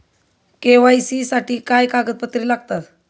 KYC साठी काय कागदपत्रे लागतात?